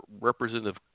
Representative